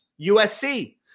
USC